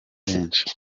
benshi